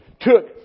took